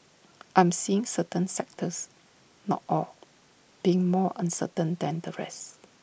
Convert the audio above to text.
I am seeing certain sectors not all being more uncertain than the rest